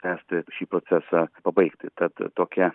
tęsti šį procesą pabaigti tad tokia